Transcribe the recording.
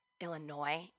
Illinois